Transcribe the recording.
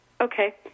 Okay